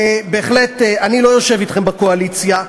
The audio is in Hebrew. בהחלט אני לא יושב אתכם בקואליציה,